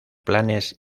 planes